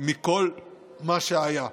מכל מה שהיה.